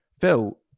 phil